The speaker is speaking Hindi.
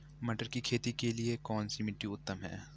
मटर की खेती के लिए कौन सी मिट्टी उत्तम है?